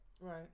Right